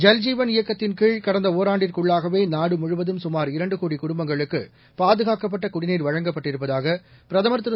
ஜல்ஜீவன் கடந்த ஓராண்டிற்குள்ளாகவே நாடு முழுவதும் சுமார் இரண்டு கோடி குடும்பங்களுக்கு பாதுகாக்கப்பட்ட குடிநீர் வழங்கப்பட்டிருப்பதாக பிரதமர் திரு